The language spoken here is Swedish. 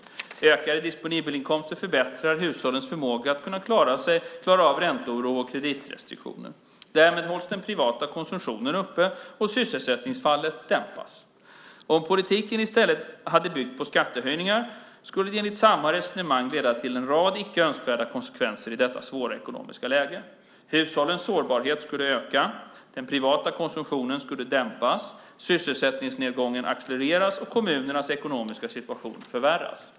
Ökade disponibla inkomster förbättrar hushållens förmåga att kunna klara av ränteoro och kreditrestriktioner. Därmed hålls den privata konsumtionen uppe och sysselsättningsfallet dämpas. Om politiken i stället hade byggt på skattehöjningar skulle det, enligt samma resonemang, leda till en rad icke önskvärda konsekvenser i detta svåra ekonomiska läge. Hushållens sårbarhet skulle öka, den privata konsumtionen dämpas, sysselsättningsnedgången accelerera och kommunernas ekonomiska situation förvärras.